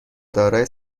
دارای